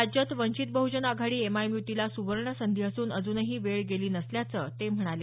राज्यात वंचित बह्जन आघाडी एमआयएम युतीला सुवर्णसंधी असून अजुनही वेळ गेली नसल्याचं ते म्हणाले